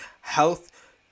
health